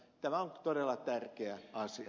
tämä on todella tärkeä asia